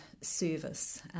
service